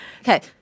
Okay